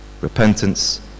Repentance